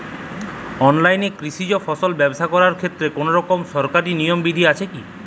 অনলাইনে কৃষিজ ফসল ব্যবসা করার ক্ষেত্রে কোনরকম সরকারি নিয়ম বিধি আছে কি?